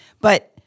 but-